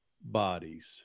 bodies